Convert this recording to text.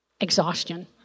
Exhaustion